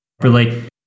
properly